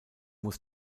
muss